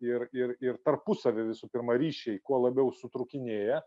ir ir ir tarpusavy visų pirma ryšiai kuo labiau sutrūkinėję